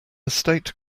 estate